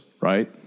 right